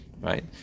right